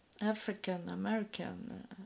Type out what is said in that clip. African-American